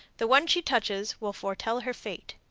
the one she touches will foretell her fate.